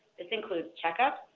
this includes checkups,